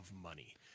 money